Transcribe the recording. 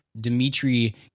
Dimitri